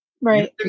Right